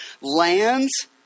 lands